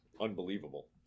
Unbelievable